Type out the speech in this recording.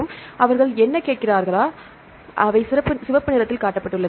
எனவேஅவர்கள் என்ன கேட்கிறார்களோ அவை சிவப்பு நிறத்தில் காட்டப்பட்டுள்ளது